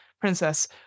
princess